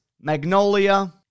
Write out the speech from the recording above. magnolia